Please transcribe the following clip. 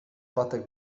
pátek